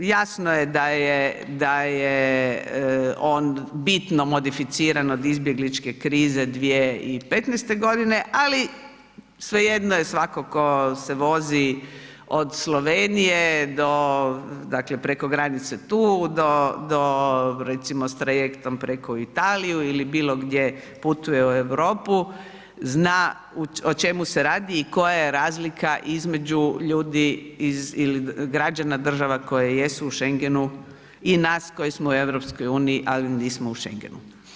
Jasno je da je on bitno modificiran od izbjegličke krize 2015. g. ali svejedno je, svatko tko se vozi od Slovenije do, dakle preko granice tu do recimo s trajektom preko u Italiju ili bilo gdje putuje u Europu zna o čemu se radi i koja je razlika između ljudi ili građana država koje jesu u Schengenu i nas koji smo u EU, ali nismo u Schengenu.